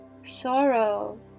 sorrow